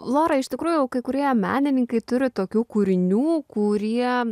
lora iš tikrųjų kai kurie menininkai turi tokių kūrinių kurie